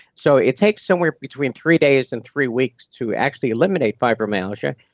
so it takes somewhere between three days and three weeks to actually eliminate fibromyalgia,